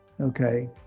okay